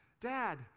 Dad